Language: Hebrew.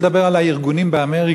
אני רוצה לדבר על הארגונים באמריקה,